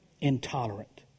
Intolerant